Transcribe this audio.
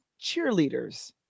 cheerleaders